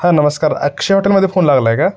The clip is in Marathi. हां नमस्कार अक्षय हॉटेलमध्ये फोन लागला आहे का